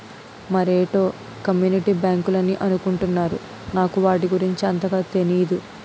మరేటో కమ్యూనిటీ బ్యాంకులని అనుకుంటున్నారు నాకు వాటి గురించి అంతగా తెనీదు